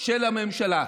של הממשלה.